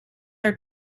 are